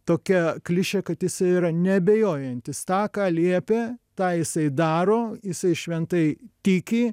tokia klišė kad jisai yra neabejojantis tą ką liepė tai jisai daro jisai šventai tiki